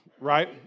right